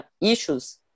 issues